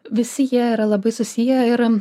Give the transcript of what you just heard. visi jie yra labai susiję ir